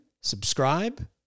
subscribe